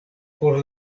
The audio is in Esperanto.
por